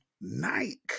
nike